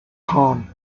town